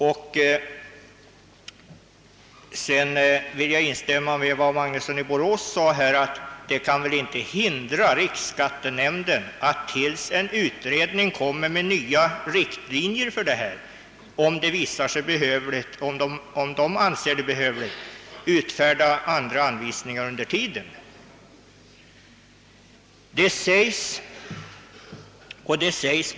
Jag instämmer helt i vad herr Magnusson i Borås sade om att riksskattenämnden måste vara oförhindrad att utfärda nya anvisningar att gälla tills en utredning har dragit upp nya riktlinjer.